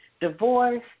divorce